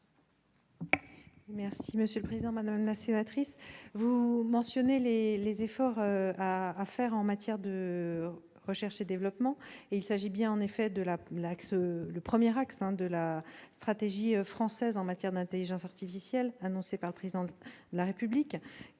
secrétaire d'État. Madame la sénatrice, vous mentionnez les efforts à faire en matière de recherche et développement. Il s'agit bien, en effet, du premier axe de la stratégie française en matière d'intelligence artificielle annoncée par le Président de la République